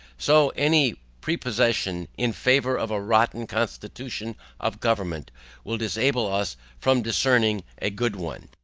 so any prepossession in favour of a rotten constitution of government will disable us from discerning a good one.